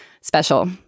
special